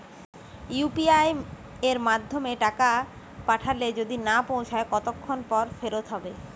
UPI য়ের মাধ্যমে টাকা পাঠালে যদি না পৌছায় কতক্ষন পর ফেরত হবে?